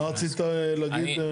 מה רצית להגיד?